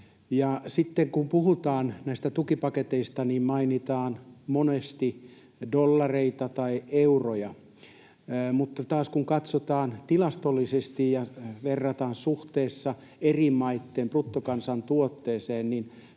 sitten kun puhutaan näistä tukipaketeista, niin mainitaan monesti dollareita tai euroja. Mutta kun taas katsotaan tilastollisesti ja verrataan suhteessa eri maitten bruttokansantuotteeseen, niin